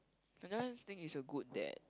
I just think he's a good dad